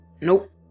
Nope